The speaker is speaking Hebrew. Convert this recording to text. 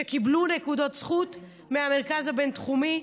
שקיבלו נקודות זכות מהמרכז הבין-תחומי.